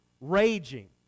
raging